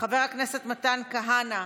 חבר הכנסת מתן כהנא,